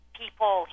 people